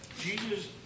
Jesus